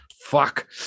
Fuck